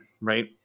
right